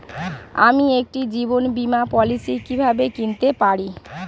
আমি একটি জীবন বীমা পলিসি কিভাবে কিনতে পারি?